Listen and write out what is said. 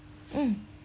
mm